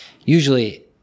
usually